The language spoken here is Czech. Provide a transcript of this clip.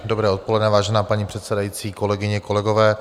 Dobré odpoledne, vážená paní předsedající, kolegyně, kolegové.